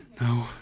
No